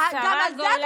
השרה גולן,